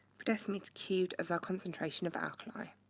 per decimeter cubed as our concentration of alkali.